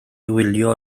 wylio